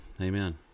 amen